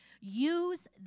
Use